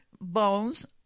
bones